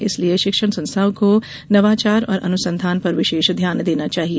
इसलिये शिक्षण संस्थाओं को नवाचार और अनुसंधान पर विशेष ध्यान देना चाहिए